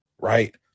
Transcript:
right